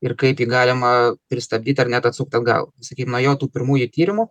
ir jį kaip galima pristabdyt ar net atsukt atgal sakykim nu jo tų pirmųjų tyrimų